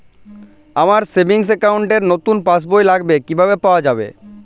আমার savings account র নতুন পাসবই লাগবে, কিভাবে পাওয়া যাবে?